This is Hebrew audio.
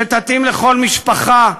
שתתאים לכל משפחה,